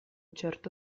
certo